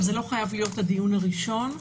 זה לא חייב להיות הדיון הראשון.